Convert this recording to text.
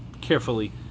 carefully